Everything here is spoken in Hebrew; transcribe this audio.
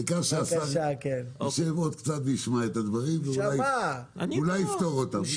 העיקר שהשר יישב עוד קצת וישמע את הדברים ואולי יפתור אותם.